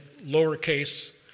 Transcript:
lowercase